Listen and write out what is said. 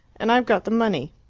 and i've got the money.